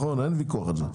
אין ויכוח על זה.